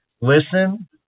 listen